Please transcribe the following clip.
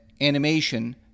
animation